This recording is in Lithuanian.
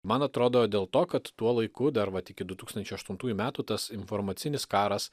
man atrodo dėl to kad tuo laiku dar vat iki du tūkstančiai aštuntųjų metų tas informacinis karas